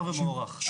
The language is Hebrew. מוכר ומוערך.